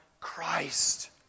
Christ